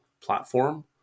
platform